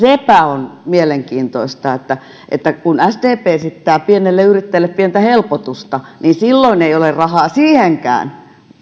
sepä on mielenkiintoista että että kun sdp esittää pienelle yrittäjälle pientä helpotusta niin silloin ei ole rahaa siihenkään